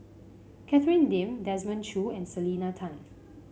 Catherine Lim Desmond Choo and Selena Tan